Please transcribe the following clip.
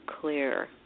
clear